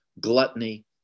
gluttony